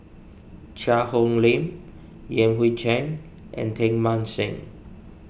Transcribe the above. Cheang Hong Lim Yan Hui Chang and Teng Mah Seng